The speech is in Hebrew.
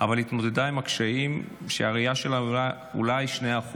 היא התמודדה עם הקשיים כשהראייה שלה היא אולי 2%,